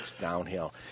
Downhill